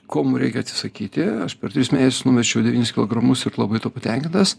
ko mum reikia atsisakyti aš per tris mėnesius numečiau devynis kilogramus ir labai tuo patenkintas